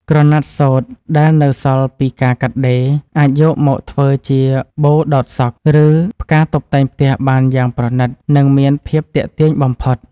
ក្រណាត់សូត្រដែលនៅសល់ពីការកាត់ដេរ អាចយកមកធ្វើជាបូដោតសក់ ឬ ផ្កាតុបតែងផ្ទះបានយ៉ាងប្រណីត និង មានភាពទាក់ទាញបំផុត។